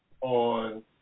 on